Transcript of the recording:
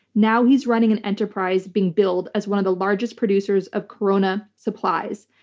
now, he's running an enterprise being billed as one of the largest producers of corona supplies,